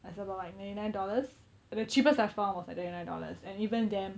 like it's about like ninety nine dollars the cheapest I found was like ninety nine dollars and even then